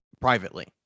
privately